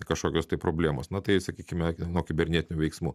kažkokios tai problemos na tai sakykime nuo kibernetinių veiksmų